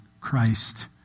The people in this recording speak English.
Christ